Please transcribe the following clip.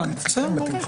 הבנתי, בסדר גמור.